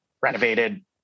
renovated